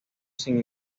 sin